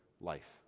life